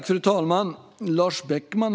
Fru talman!